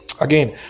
Again